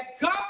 God